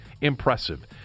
impressive